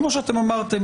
כמו שאתם אמרתם,